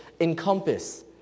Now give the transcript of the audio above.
encompass